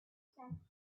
sand